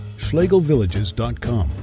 schlegelvillages.com